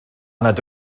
nad